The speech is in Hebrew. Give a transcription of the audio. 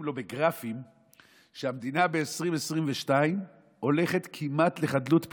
לו בגרפים שהמדינה ב-2022 הולכת כמעט לחדלות פירעון.